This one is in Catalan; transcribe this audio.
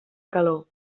calor